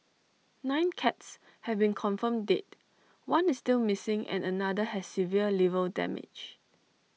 nine cats have been confirmed dead one is still missing and another has severe liver damage